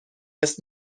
قسط